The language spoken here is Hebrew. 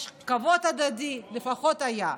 עודד פורר לפני זה ואלון שוסטר לפני זה.